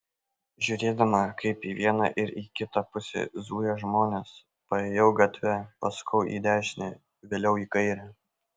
žiūrėdama kaip į vieną ir į kitą pusę zuja žmonės paėjau gatve pasukau į dešinę vėliau į kairę